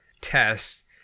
test